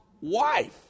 wife